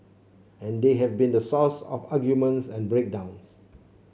and they have been the source of arguments and break downs